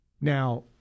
Now